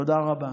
תודה רבה.